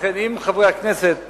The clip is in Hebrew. לכן, אם חברי הכנסת